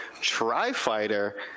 Tri-Fighter